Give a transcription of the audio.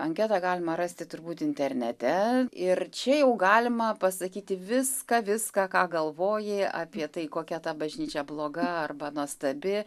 anketą galima rasti turbūt internete ir čia jau galima pasakyti viską viską ką galvoji apie tai kokia ta bažnyčia bloga arba nuostabi